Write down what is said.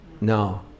No